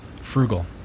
frugal